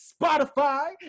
Spotify